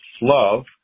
Love